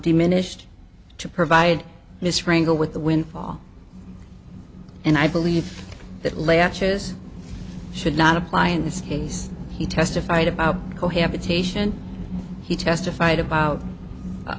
diminished to provide this wrangle with the windfall and i believe that latches should not apply in this case he testified about cohabitation he testified about